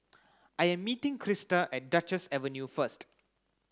I am meeting Crysta at Duchess Avenue first